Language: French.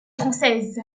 française